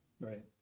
Right